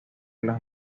las